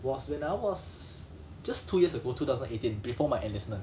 was when I was just two years ago two thousand eighteen before my enlistment